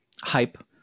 Hype